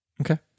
Okay